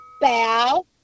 Bow